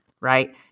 right